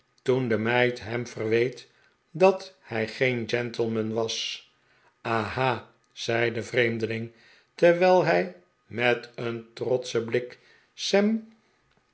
toen de meid hem verweet dat hij geen gentleman was aha zei de vreemdeling terwijl hij met een trotschen blik